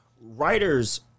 writers